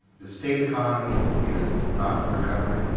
the state economy is not recovering